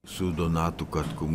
su donatu katkum